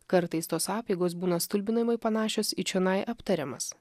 kartais tos apeigos būna stulbinamai panašios į čionai aptariamas